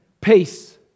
Peace